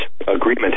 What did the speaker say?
agreement